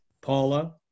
Paula